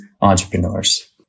entrepreneurs